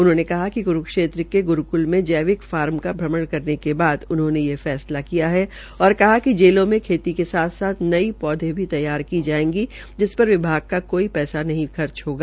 उन्होंने बताया कि करूक्षेत्र के ग्रूकुल के जैविक फार्म का भ्रमण करने के बाद उन्होंने ये फैसला किया है और कहा कि जेलों में खेती के साथ साथ नई पौध भी तैयार की जायेगी जिसपर विभाग का कोई पैसा नहीं खर्च होगा